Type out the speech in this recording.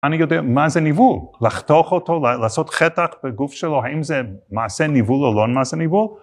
אני יודע מה זה ניוול. לחתוך אותו, לעשות חתך בגוף שלו, האם זה מעשה ניוול או לא מעשה ניוול?